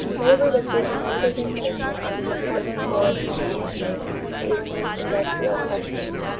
labor was given representation on the important boards and commissions dealing with industrial questions.